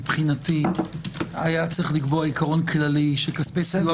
מבחינתי היה צריך לקבוע עיקרון כללי שכספי סיוע